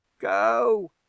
go